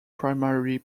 primary